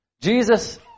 jesus